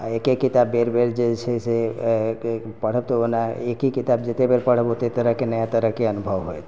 आ एके किताब बेर बेर जे छै से पढ़ब त ओना एके किताबे जते बेर पढ़ब ओते तरह के नया तरह के अनुभव होयत